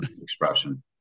expression